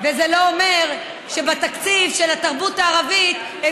זה לא אומר שבתקציב של התרבות הערבית הם